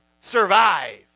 survive